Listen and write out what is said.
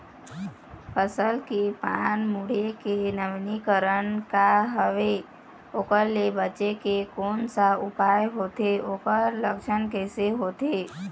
फसल के पान मुड़े के नवीनीकरण का हवे ओकर ले बचे के कोन सा उपाय होथे ओकर लक्षण कैसे होथे?